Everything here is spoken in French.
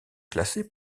classée